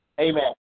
Amen